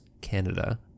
Canada